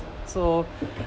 so